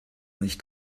nicht